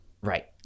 right